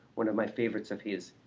one of my favorites of his,